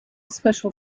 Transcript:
special